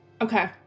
Okay